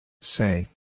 Say